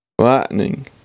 lightning